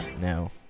No